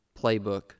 playbook